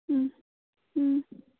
ꯎꯝ ꯎꯝ